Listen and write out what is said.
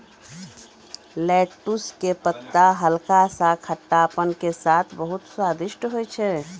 lettuce के पत्ता हल्का सा खट्टापन के साथॅ बहुत स्वादिष्ट होय छै